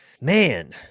Man